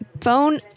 Phone